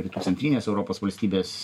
rytų centrinės europos valstybės